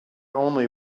only